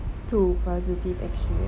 two positive experience